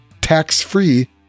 tax-free